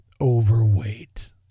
overweight